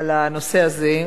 הנושא הזה,